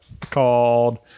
called